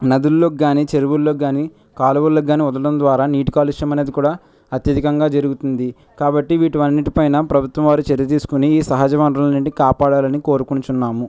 నదుల్లోకి కానీ చెరువుల్లోకి కానీ కాలువల్లో కానీ వదలడం ద్వారా నీటి కాలుష్యం అనేది కూడా అత్యధికంగా జరుగుతుంది కాబట్టి వీటిని అన్నిటి పైన ప్రభుత్వం వారు చర్య తీసుకొని ఈ సహజ వనరులను నుండి కాపాడాలని కోరుకొనుచున్నాము